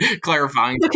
clarifying